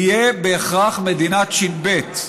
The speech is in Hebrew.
תהיה בהכרח מדינת ש.ב.,